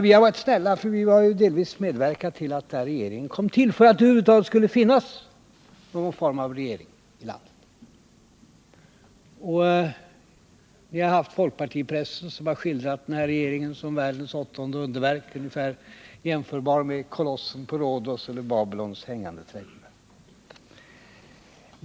Vi har varit snälla, eftersom vi delvis har medverkat till att den här regeringen kommit till för att det över huvud taget skulle finnas någon form av regering i landet. Folkpartipressen har skildrat den här regeringen som världens åttonde underverk — ungefär jämförbar med kolossen på Rhodos eller Babylons hängande trädgårdar.